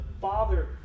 Father